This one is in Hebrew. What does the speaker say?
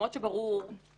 מקומות שברור - ברור.